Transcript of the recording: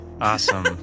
Awesome